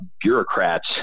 bureaucrats